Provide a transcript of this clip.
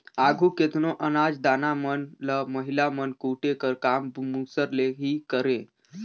आघु केतनो अनाज दाना मन ल महिला मन कूटे कर काम मूसर ले ही करें